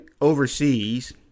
overseas